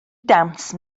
dawns